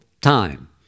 time